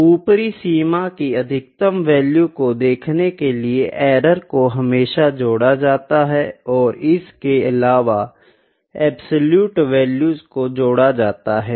तो ऊपरी सीमा की अधिकतम वैल्यू को देखने के लिए एरर को हमेशा जोड़ा जाता है और इसके अलावा अब्सोलुटे वैल्यूज को जोड़ा जाता है